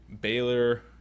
Baylor